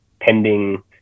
pending